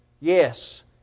yes